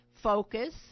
focus